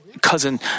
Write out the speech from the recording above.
cousin